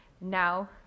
now